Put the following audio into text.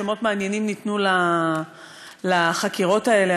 שמות מעניינים ניתנו לחקירות האלה.